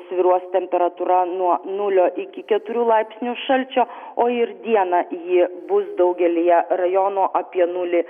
svyruos temperatūra nuo nulio iki keturių laipsnių šalčio o ir dieną ji bus daugelyje rajonų apie nulį